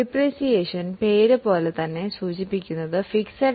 പേര് സൂചിപ്പിക്കുന്നത് പോലെ അത് മൂല്യങ്ങളുടെ തകർച്ച ആണ്